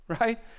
Right